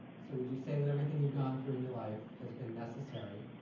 so would you say that everything you've gone through in your life has been necessary,